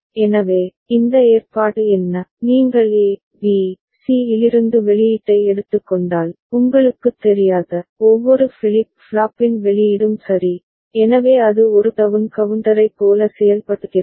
எனவே இந்த ஏற்பாடு என்ன நீங்கள் A B C இலிருந்து வெளியீட்டை எடுத்துக்கொண்டால் உங்களுக்குத் தெரியாத ஒவ்வொரு ஃபிளிப் ஃப்ளாப்பின் வெளியீடும் சரி எனவே அது ஒரு டவுன் கவுண்டரைப் போல செயல்படுகிறது